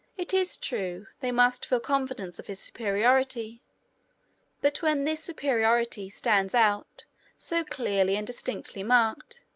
it is true, they must feel confident of his superiority but when this superiority stands out so clearly and distinctly marked,